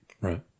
Right